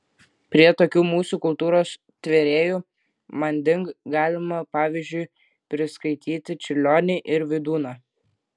prie tokių mūsų kultūros tvėrėjų manding galima pavyzdžiui priskaityti čiurlionį ir vydūną